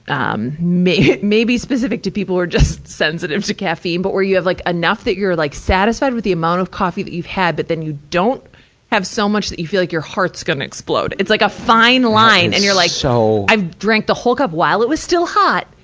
um, me, maybe specific to people who are just sensitive to caffeine, but where you have like enough that's you're like satisfied with the amount of coffee that you've had. but then you don't have some so much, that you feel like your heart's gonna explode. it's like a fine line, and you're like, so i've drank the whole cup while it was still hot.